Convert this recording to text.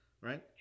right